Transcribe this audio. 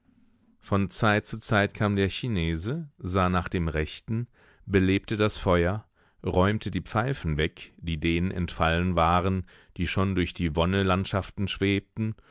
von zeit zu zeit kam der chinese sah nach dem rechten belebte das feuer räumte die pfeifen weg die denen entfallen waren die schon durch die wonne landschaften schwebten